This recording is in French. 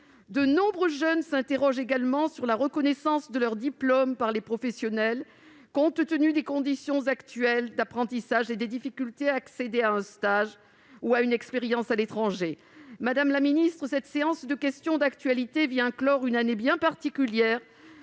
de nombreux jeunes s'interrogent sur la reconnaissance de leur diplôme par les professionnels, compte tenu des conditions actuelles d'apprentissage et des difficultés à accéder à un stage ou à une expérience à l'étranger. Madame la ministre, cette séance de questions d'actualité vient clore une année bien particulière